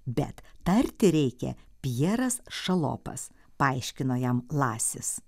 bet tarti reikia pjeras šalopas paaiškino jam lasis